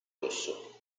rosso